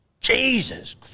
Jesus